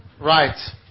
Right